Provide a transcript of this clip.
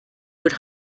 with